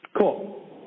Cool